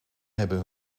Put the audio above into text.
hebben